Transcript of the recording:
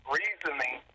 reasoning